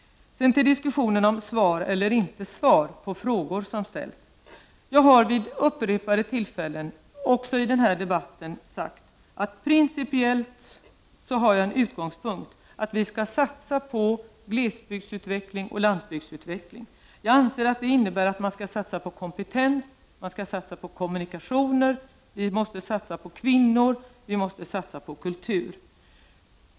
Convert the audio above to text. Sedan till diskussionen om svar eller inte svar på frågor som ställs. Jag har vid upprepade tillfällen, också i den här debatten, sagt att principiellt har jag en utgångspunkt, att vi skall satsa på glesbygdsutveckling och landsbygdsutveckling. Jag anser att det innebär att man skall satsa på kompetens, att man skall satsa på kommunikationer, att vi måste satsa på kvinnor och att vi måste satsa på kultur.